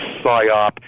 psyop